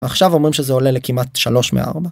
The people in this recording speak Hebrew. עכשיו אומרים שזה עולה לכמעט 3 מ-4